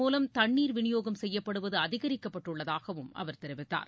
மூலம் தண்ணீர் விநியோகம் செய்யப்படுவதுஅதிகரிக்கப்பட்டுள்ளதாகவும் லாரிகள் அவர் தெரிவித்தார்